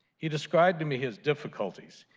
he described to me his difficulties,